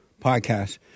podcast